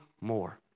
more